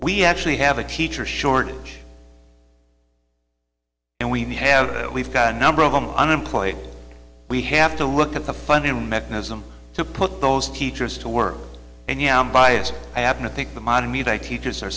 we actually have a teacher shortage and we have we've got a number of them unemployed we have to look at the funding mechanism to put those teachers to work and yeah i'm biased i happen to think the modern me they teach